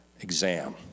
exam